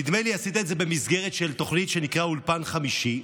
נדמה לי שעשית את זה במסגרת תוכנית שנקראה "אולפן חמישי".